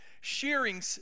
shearing